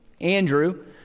Andrew